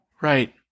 Right